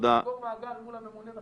לסגור מעגל מול הממונה בסוגיה.